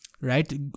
right